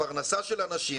הפרנסה של האנשים,